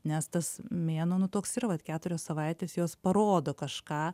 nes tas mėnuo nu toks yra vat keturios savaitės jos parodo kažką